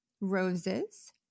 roses